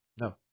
no